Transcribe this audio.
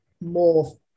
more